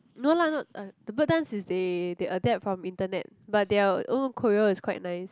no lah not ah the bird dance is they they adapt from internet but their own choreo is quite nice